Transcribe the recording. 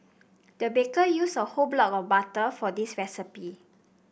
the baker used a whole block of butter for this recipe